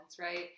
right